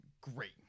Great